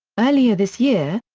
earlier this year,